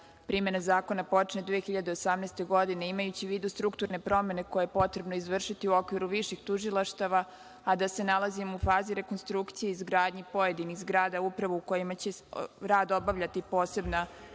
primena zakona počne 2018. godine. Imajući u vidu strukturne promene koje je potrebno izvršiti u okviru viših tužilaštava, a da se nalazimo u fazi rekonstrukcije i izgradnje pojedinih zgrada, u kojima će rad obavljati posebna